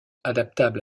adaptable